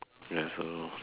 ya so